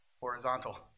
horizontal